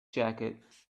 jacket